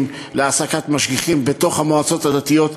להעסקת משגיחים בתוך המועצות הדתיות,